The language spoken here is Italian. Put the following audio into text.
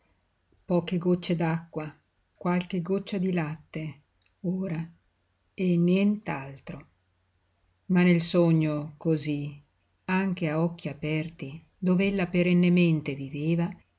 poche gocce d'acqua qualche goccia di latte ora e nient'altro ma nel sogno cosí anche a occhi aperti dov'ella perennemente viveva